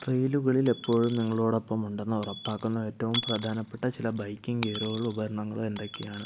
ട്രെയിലുകളിൽ എപ്പോഴും നിങ്ങളോടൊപ്പമുണ്ടെന്ന് ഉറപ്പാക്കുന്ന ഏറ്റവും പ്രധാനപ്പെട്ട ചില ബൈക്കിംഗ് ഗിയറുകളോ ഉപകരണങ്ങളോ എന്തൊക്കെയാണ്